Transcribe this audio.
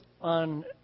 on